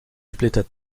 splitter